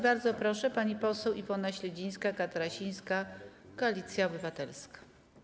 Bardzo proszę, pani poseł Iwona Śledzińska-Katarasińska, Koalicja Obywatelska.